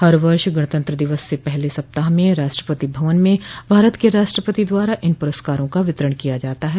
हर वर्ष गणतंत्र दिवस से पहले सप्ताह में राष्ट्रपति भवन में भारत के राष्ट्रपति द्वारा इन पुरस्कारों का वितरण किया जाता है